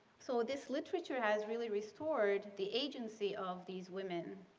so, this literature has really restored the agency of these women